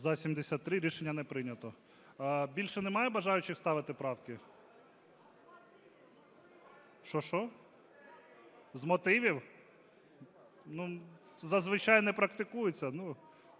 За-73 Рішення не прийнято. Більше немає бажаючих ставити правки? (Шум у залі) Що-що? З мотивів? Ну, зазвичай не практикується.